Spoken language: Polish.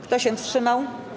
Kto się wstrzymał?